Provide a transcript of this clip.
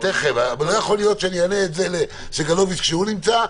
אבל לא יכול להיות שאני אענה את זה לסגלוביץ' כשהוא נמצא,